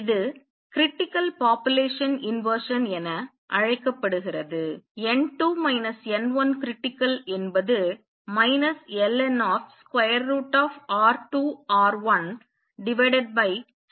இது critical population inversion என அழைக்கப்படுகிறது n2 n1 critical என்பது ln√ σl க்கு சமம்